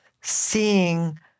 seeing